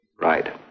Right